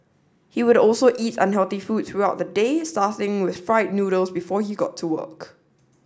he would also eat unhealthy food throughout the day starting with fried noodles before he got to work